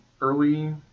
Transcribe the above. early